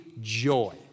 joy